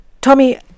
Tommy